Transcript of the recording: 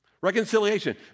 Reconciliation